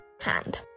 hand